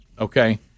okay